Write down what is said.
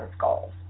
goals